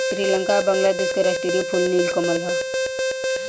श्रीलंका आ बांग्लादेश के राष्ट्रीय फूल नील कमल ह